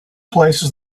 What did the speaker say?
places